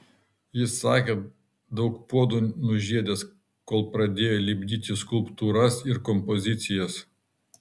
jis sakė daug puodų nužiedęs kol pradėjo lipdyti skulptūras ir kompozicijas